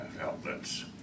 outlets